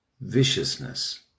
viciousness